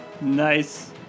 Nice